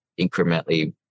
incrementally